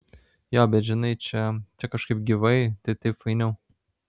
jo bet žinai čia čia kažkaip gyvai tai taip fainiau